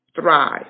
thrive